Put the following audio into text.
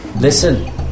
Listen